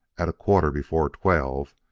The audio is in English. at a quarter before twelve,